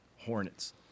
Hornets